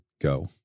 go